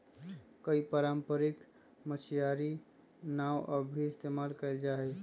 कई पारम्परिक मछियारी नाव अब भी इस्तेमाल कइल जाहई